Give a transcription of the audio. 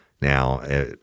Now